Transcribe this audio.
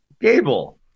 Gable